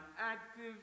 active